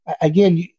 again